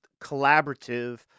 collaborative